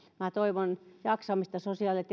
toivon jaksamista sosiaali ja